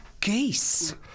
Geese